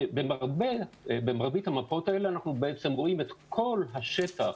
שמרבית המפות האלה, אנחנו בעצם רואים את כל השטח